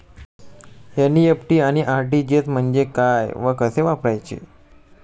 NEFT आणि RTGS म्हणजे काय व कसे वापरायचे?